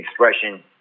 expression